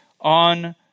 on